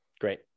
Great